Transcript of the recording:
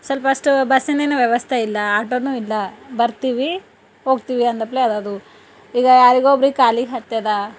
ಸ್ವಲ್ಪ ಅಷ್ಟು ಬಸ್ಸಿಂದೇನು ವ್ಯವಸ್ಥೆ ಇಲ್ಲ ಆಟೋನೂ ಇಲ್ಲ ಬರ್ತಿವಿ ಹೋಗ್ತೀವಿ ಅಂದಪ್ಲೆ ಅದದು ಈಗ ಯಾರಿಗೋ ಒಬ್ರಿಗೆ ಕಾಲಿಗೆ ಹತ್ಯದ